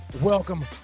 welcome